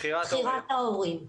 בחירת ההורים.